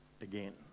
again